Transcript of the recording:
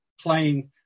playing